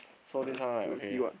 so this one right okay